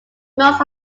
most